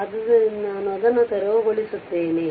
ಆದ್ದರಿಂದ ನಾನು ಅದನ್ನು ತೆರವುಗೊಳಿಸುತ್ತೇನೆ